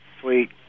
sweet